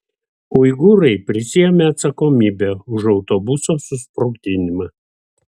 uigūrai prisiėmė atsakomybę už autobuso susprogdinimą